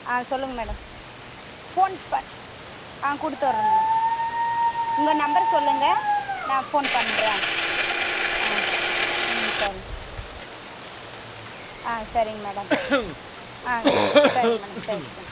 ஆ சொல்லுங்க madam phone பண் ஆ கொடுத்துவுட்றேன் மேடம் உங்கள் நம்பர் சொல்லுங்க நான் ஃபோன் பண்ணுறேன் ஆ ம் சரி ஆ சரிங்க மேடம் ஆ சரிங்க மேடம் சரி வச்சிடுங்க